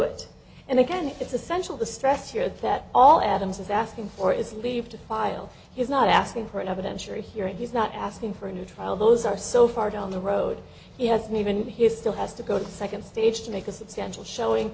it and again it's essential to stress here that all adams is asking for is leave to file he's not asking for evidentiary hearing he's not asking for a new trial those are so far down the road he hasn't even he still has to go to the second stage to make a substantial showing